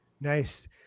nice